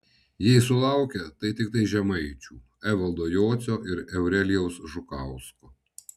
jei sulaukė tai tiktai žemaičių evaldo jocio ir eurelijaus žukausko